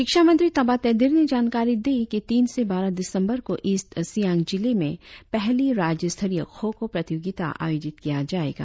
शिक्षा मंत्री ताबा तेदिर ने जानकारी दी कि तीन से बारह दिसंबर को ईस्ट सियांग जिले में पहली राज्य स्तरीय खो खो प्रतियोगिता आयोजित किया जाएगा